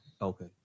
Okay